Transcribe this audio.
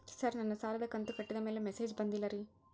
sir ನನ್ನ ಸಾಲದ ಕಂತು ಕಟ್ಟಿದಮೇಲೆ ಮೆಸೇಜ್ ಬಂದಿಲ್ಲ ರೇ